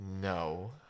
no